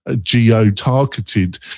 geo-targeted